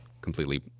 completely